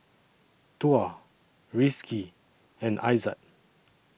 Tuah Rizqi and Aizat